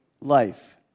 life